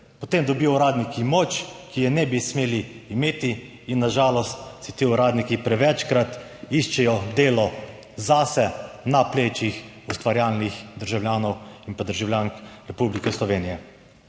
potem dobijo uradniki moč, ki je ne bi smeli imeti. In na žalost si ti uradniki prevečkrat iščejo delo zase na plečih ustvarjalnih državljanov in državljank Republike Slovenije.